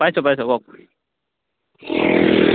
পাইছোঁ পাইছোঁ কওক